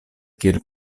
kiel